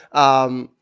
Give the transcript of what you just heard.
um,